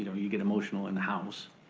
you get emotional in the house.